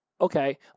okay